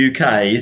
UK